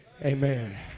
amen